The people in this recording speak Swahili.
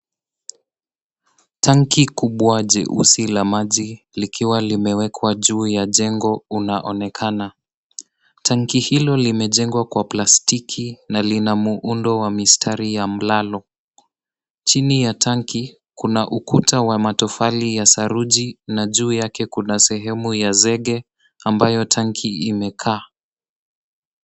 Tangi kubwa jeusi la maji likiwa limewekwa juu ya jengo unaonekana. Tangi hilo limejengwa kwa plastiki na lina muundo wa mistari ya mlalo. Chini ya tanki kuna ukuta wa matofali ya saruji na juu yake kuna sehemu ya zege ambayo tangi imekaa.